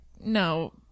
No